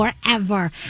forever